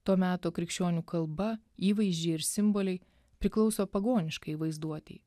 to meto krikščionių kalba įvaizdžiai ir simboliai priklauso pagoniškai vaizduotei